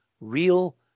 real